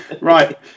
Right